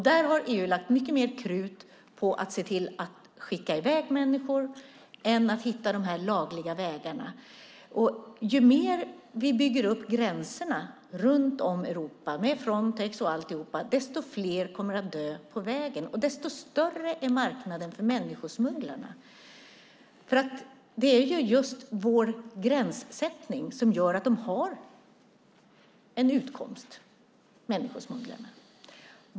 Där har EU lagt mycket mer krut på att se till att skicka i väg människor än att hitta de lagliga vägarna. Ju mer vi bygger upp gränserna runt om Europa med Frontex och alltihop, desto fler kommer att dö på vägen och desto större är marknaden för människosmugglarna. Det är just vår gränssättning som gör att människosmugglarna har en utkomst.